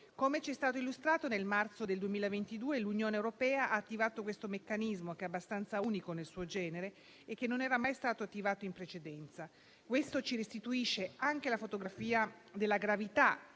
Come ci è stato illustrato nel marzo del 2022, l'Unione europea ha attivato questo meccanismo, che è abbastanza unico nel suo genere e che non era mai stato attivato in precedenza. Questo ci restituisce anche la fotografia della gravità